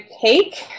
cake